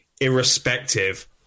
irrespective